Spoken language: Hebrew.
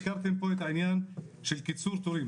הזכרתם פה את העניין של קיצור תורים.